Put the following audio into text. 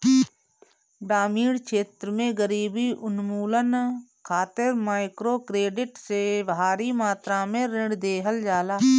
ग्रामीण क्षेत्र में गरीबी उन्मूलन खातिर माइक्रोक्रेडिट से भारी मात्रा में ऋण देहल जाला